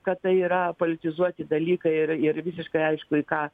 kad tai yra politizuoti dalykai ir ir visiškai aišku į ką